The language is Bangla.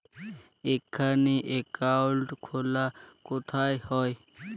এখানে অ্যাকাউন্ট খোলা কোথায় হয়?